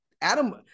Adam